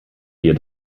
ihr